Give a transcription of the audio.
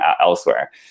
elsewhere